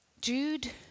Jude